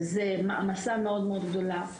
זה מעמסה מאוד מאוד גדולה.